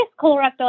colorectal